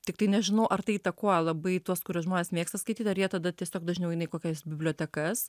tiktai nežinau ar tai įtakoja labai tuos kuriuos žmonės mėgsta skaityt ar jie tada tiesiog dažniau eina į kokias bibliotekas